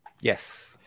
Yes